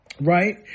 right